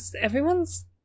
everyone's